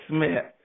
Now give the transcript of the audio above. Smith